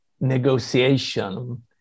negotiation